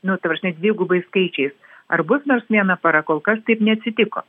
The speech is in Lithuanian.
nu ta prasme dvigubai skaičiais ar bus nors viena para kol kas taip neatsitiko